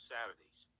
Saturdays